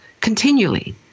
continually